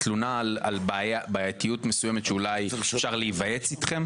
תלונה על בעייתיות מסוימת שאולי אפשר להיוועץ אתכם,